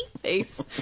face